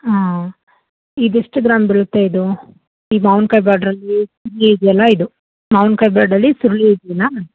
ಹಾಂ ಇದೆಷ್ಟು ಗ್ರಾಮ್ ಬರುತ್ತೆ ಇದು ಈ ಮಾವ್ನ ಕಾಯಿ ಬಾರ್ಡ್ರಲ್ಲೀ ಇಲ್ಲೇ ಇದೆಯಲ್ಲ ಇದು ಮಾವ್ನ ಕಾಯಿ ಬಾಡ್ರಲ್ಲಿ ಸುರುಳಿ ಇದೆಯಲ್ಲಾ